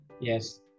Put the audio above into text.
yes